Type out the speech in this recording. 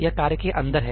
यह कार्य के अंदर है